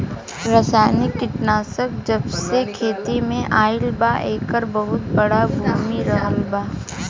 रासायनिक कीटनाशक जबसे खेती में आईल बा येकर बहुत बड़ा भूमिका रहलबा